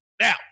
Now